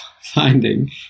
finding